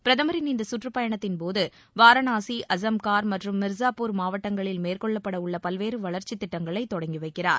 பிரதமரின் இந்த கற்றுப் பயணத்தின்போது வாரணாசி அஸம்கார் மற்றும் மிர்சாபூர் மாவட்டங்களில் மேற்கொள்ளப்பட உள்ள பல்வேறு வளர்ச்சி திட்டங்களை தொடங்கி வைக்கிறார்